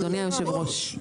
אדוני היו"ר.